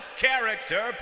character